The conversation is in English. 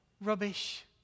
rubbish